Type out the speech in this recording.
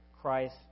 Christ